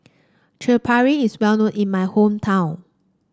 Chaat Papri is well known in my hometown